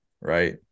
right